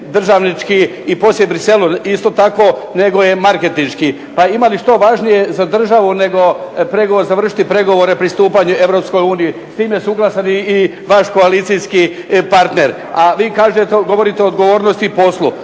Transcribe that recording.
državnički i posjet Bruxellesu isto tako nego je marketinški. Pa ima li što važnije za državu nego pregovor završiti pregovore pristupanju Europskoj uniji. S time je suglasan i vaš koalicijski partner, a vi kažete, govorite o odgovornosti i poslu.